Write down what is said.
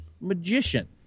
magician